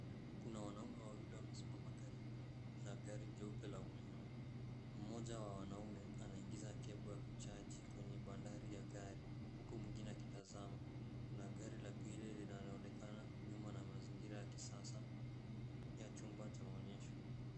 Kuna wanaume wawili wamesimama karibu na gari jeupe la umeme. Mmoja wa wanaume anaingiza cable ya ku charge kwenye bandari ya gari huku mwingine akitazama. Kuna gari la pili linalo onekana nyuma na mazingira ya kisasa ya chumba cha maonyesho.